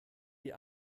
die